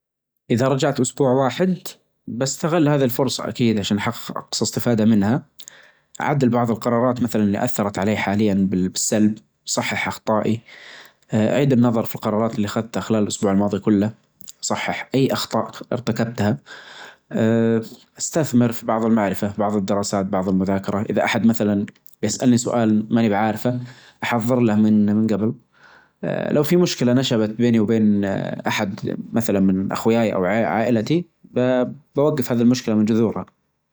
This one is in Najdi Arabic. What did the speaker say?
والله، كلاهما مهم، لكن لو جينا للجواب، الاحترام يظل أولى. لأن الاحترام هو أساس أي علاقة ناجحة، سواء كانت صداقة أو حب أو حتى بين أفراد العائلة إذا كان في احترام، الحب بيجي طبيعي، لكن إذا ما فيه احترام، حتى لو كان في حب، العلاقة بتكون مهزوزة. الاحترام يعطيك قيمة ويخليك تشعر بالثقة والراحة مع اللي حولك.